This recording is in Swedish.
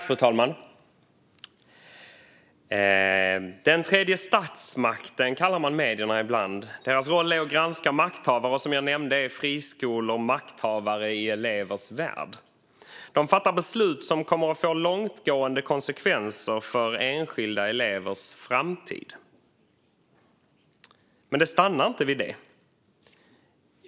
Fru talman! Den tredje statsmakten, kallar man medierna ibland. Deras roll är att granska makthavare, och som jag nämnde är friskolor makthavare i elevers värld. De fattar beslut som kommer att få långtgående konsekvenser för enskilda elevers framtid. Men det stannar inte vid det.